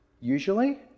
usually